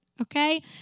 Okay